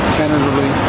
tentatively